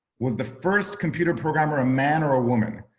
was the first computer programmer a man or a woman?